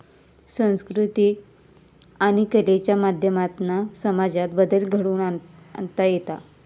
संकृती आणि कलेच्या माध्यमातना समाजात बदल घडवुन आणता येता